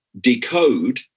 decode